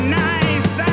nice